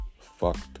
fucked